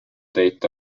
date